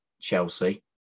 Chelsea